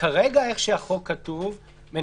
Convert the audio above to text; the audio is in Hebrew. כרגע כפי שהחוק כתוב,